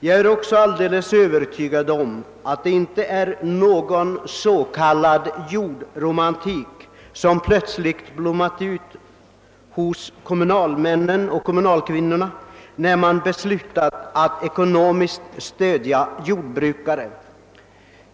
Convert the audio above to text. Jag är också alldeles övertygad om att det inte är någon s.k. jordromantik som plötsligt blommat ut hos kommunalmännen och kommunalkvinnorna när de beslutat att ekonomiskt stödja jordbrukare.